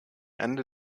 ende